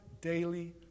daily